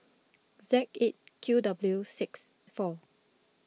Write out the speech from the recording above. Z eight Q W six four